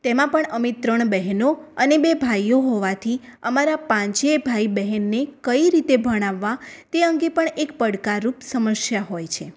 તેમાં પણ અમે ત્રણ બેહનો અને બે ભાઈઓ હોવાથી અમારા પાંચેય ભાઈ બેહનને કઈ રીતે ભણાવવા તે અંગે પણ એક પડકારરૂપ સમસ્યા હોય છે